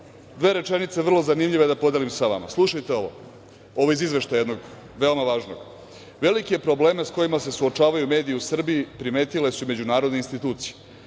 dve rečenice vrlo zanimljive da podelim sa vama. Slušajte ovo, ovo je iz izveštaja jednog, veoma važnog. Velike probleme sa kojima se suočavaju mediji u Srbiji primetile su međunarodne institucije.